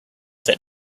that